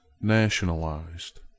NATIONALIZED